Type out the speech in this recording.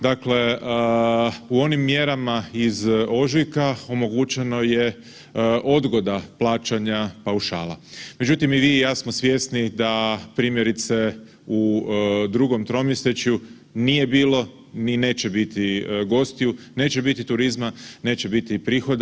Dakle, u onim mjerama iz ožujka omogućeno je odgoda plaćanja paušala, međutim i vi i ja smo svjesni da primjerice u drugom tromjesečju nije bilo i neće biti gostiju, neće biti turizma, neće biti prihoda.